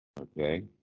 Okay